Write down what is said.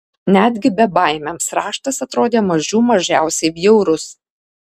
netgi bebaimiams raštas atrodė mažų mažiausiai bjaurus